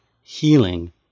healing